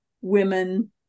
women